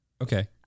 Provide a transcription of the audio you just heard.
Okay